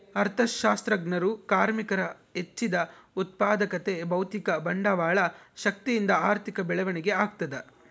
ಅರ್ಥಶಾಸ್ತ್ರಜ್ಞರು ಕಾರ್ಮಿಕರ ಹೆಚ್ಚಿದ ಉತ್ಪಾದಕತೆ ಭೌತಿಕ ಬಂಡವಾಳ ಶಕ್ತಿಯಿಂದ ಆರ್ಥಿಕ ಬೆಳವಣಿಗೆ ಆಗ್ತದ